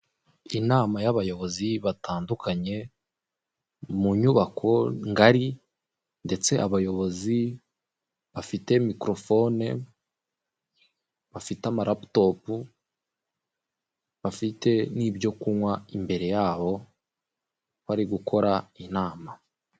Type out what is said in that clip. Inama y'abayobozi batandukanye, munyubako ngari, ndetse abayobozi bafite mikorofone, bafite amaraputopu, bafite n'ibyo kunywa imbere yabo, bari gukora inama.